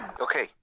Okay